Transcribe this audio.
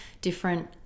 different